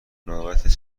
نوبت